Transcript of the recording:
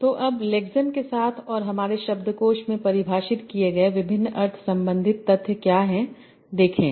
तो अब लेक्समेस के साथ और हमारे शब्दकोश में परिभाषित किए गए विभिन्न अर्थ संबंधित तथ्य क्या हैं देखें